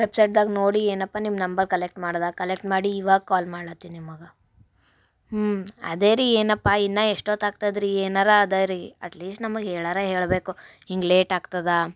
ವೆಬ್ಸೈಟ್ದಾಗ ನೋಡಿ ಏನಪ್ಪ ನಿಮ್ಮ ನಂಬರ್ ಕಲೆಕ್ಟ್ ಮಾಡ್ದೆ ಕಲೆಕ್ಟ್ ಮಾಡಿ ಇವಾಗ ಕಾಲ್ ಮಾಡತ್ತೀನಿ ನಿಮಗೆ ಹ್ಞೂ ಅದೇ ರೀ ಏನಪ್ಪ ಇನ್ನೂ ಎಷ್ಟೊತ್ತು ಆಗ್ತದೆ ರೀ ಏನಾರಾ ಅದ ರೀ ಅಟ್ ಲೀಶ್ಟ್ ನಮಗೆ ಹೇಳಾರೂ ಹೇಳಬೇಕು ಹಿಂಗೆ ಲೇಟ್ ಆಗ್ತದೆ